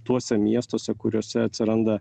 tuose miestuose kuriuose atsiranda